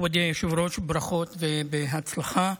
מכובדי היושב-ראש, ברכות ובהצלחה.